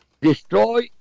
Destroy